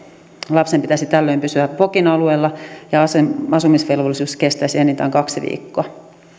lapsen pitäisi tällöin pysyä vokin alueella ja asumisvelvollisuus kestäisi enintään kaksi viikkoa